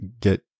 get